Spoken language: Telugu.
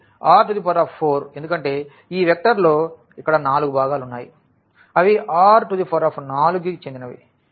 కాబట్టి R4 ఎందుకంటే ఈ వెక్టార్లో ఇక్కడ నాలుగు భాగాలు ఉన్నాయి అవి R4కి చెందినవి